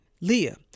Leah